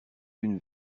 d’une